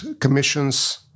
commissions